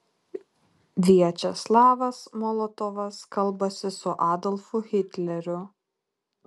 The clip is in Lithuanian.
viačeslavas molotovas kalbasi su adolfu hitleriu